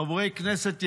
חברי כנסת יקרים,